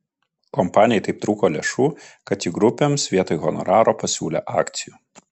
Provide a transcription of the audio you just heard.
kompanijai taip trūko lėšų kad ji grupėms vietoj honoraro pasiūlė akcijų